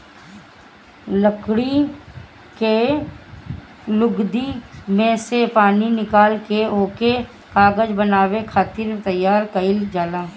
लकड़ी के लुगदी में से पानी निकाल के ओके कागज बनावे खातिर तैयार कइल जाला